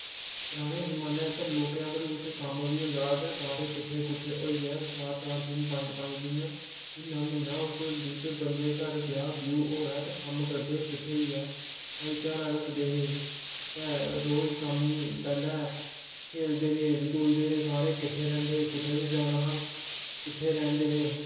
पराने जमान्ने च ते लोकें अगर कुछ कम्म बी होंदा हा ते सारे किट्ठे कुट्ठे होइयै चार चार दिन पंज पंज दिन म्हीना म्हीना ओह् उस जिस बंदे घर ब्याह् व्यूह् होऐ ते कम्म करदे हे किट्ठे होइयै भाईचारा रखदे हे ते रोज शाम्मीं पैह्ले खेलदे हे खूलदे हे सारे किट्ठे रैंह्दे हे कुतै बी जाना हा किट्ठे रैंह्दे हे